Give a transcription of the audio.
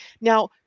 Now